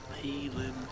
healing